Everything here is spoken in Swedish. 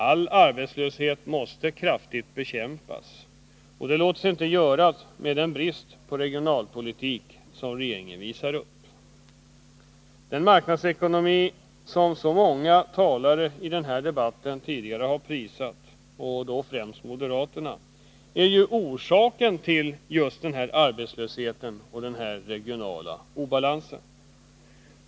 All arbetslöshet måste kraftigt bekämpas, och det låter sig inte göras med den brist på regionalpolitik som regeringen visar upp. Den marknadsekonomi som så många talare i den här debatten, då främst moderaterna, tidigare har prisat är ju orsaken till arbetslösheten och den regionala obalansen.